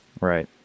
Right